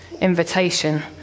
invitation